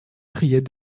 criait